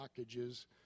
blockages